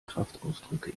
kraftausdrücke